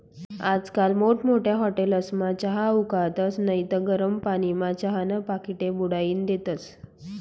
आजकाल मोठमोठ्या हाटेलस्मा चहा उकाळतस नैत गरम पानीमा चहाना पाकिटे बुडाईन देतस